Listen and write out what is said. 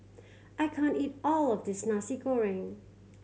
I can't eat all of this Nasi Goreng